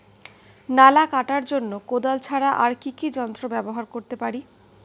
নালা কাটার জন্য কোদাল ছাড়া আর কি যন্ত্র ব্যবহার করতে পারি?